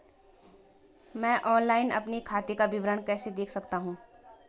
मैं ऑनलाइन अपने खाते का विवरण कैसे देख सकता हूँ?